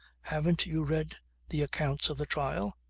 haven't you read the accounts of the trial?